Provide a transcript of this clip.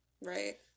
Right